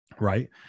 Right